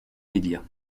médias